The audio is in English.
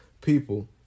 people